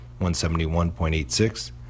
171.86